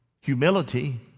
Humility